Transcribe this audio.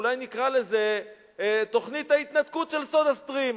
אולי נקרא לזה "תוכנית ההתנתקות של 'סודה סטרים'".